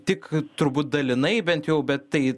tik turbūt dalinai bent jau bet tai